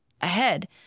ahead